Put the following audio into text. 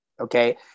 okay